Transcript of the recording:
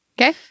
Okay